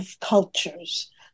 cultures